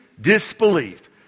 disbelief